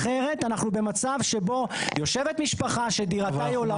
אחרת אנחנו במצב שבו יושבת משפחה שדירתה --- אבל